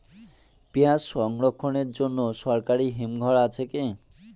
পিয়াজ সংরক্ষণের জন্য সরকারি হিমঘর আছে কি?